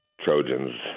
Trojans